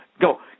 go